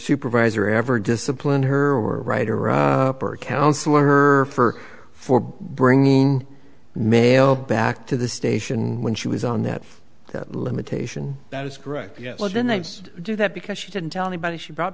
supervisor ever disciplined her or a writer or a counselor for for bringing mail back to the station when she was on that limitation that is correct yes logan they do that because she didn't tell anybody she brought